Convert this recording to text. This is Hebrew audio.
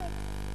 כן.